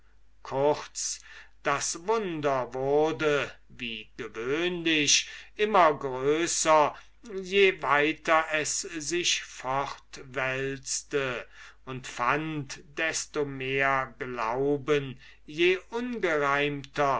kurz das wunder wurde wie gewöhnlich immer größer je weiter es sich fortwälzte und fand desto mehr glauben je ungereimter